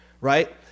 right